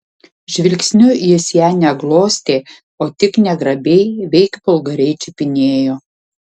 žvilgsniu jis ją ne glostė o tik negrabiai veik vulgariai čiupinėjo